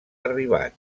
arribat